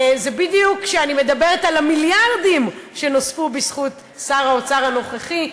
זה בדיוק כשאני מדברת על המיליארדים שנוספו בזכות שר האוצר הנוכחי,